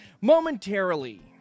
Momentarily